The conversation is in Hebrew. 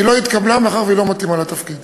והיא לא התקבלה מאחר שהיא לא מתאימה לתפקיד.